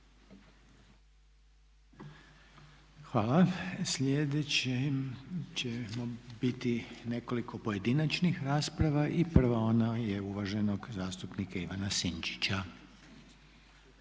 Hvala. Sljedeće će biti nekoliko pojedinačnih rasprava. I prva ona je uvaženog zastupnika Ivana Sinčića.